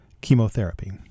chemotherapy